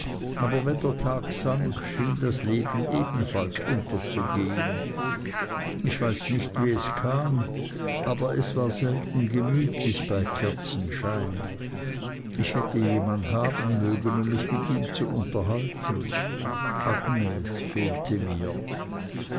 aber wenn der tag sank schien das leben ebenfalls unterzugehen ich weiß nicht wie es kam aber es war selten gemütlich bei kerzenschein ich hätte jemand haben mögen um mich mit ihm zu unterhalten agnes fehlte mir